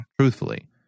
truthfully